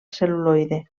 cel·luloide